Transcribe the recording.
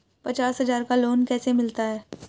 पचास हज़ार का लोन कैसे मिलता है?